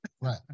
Right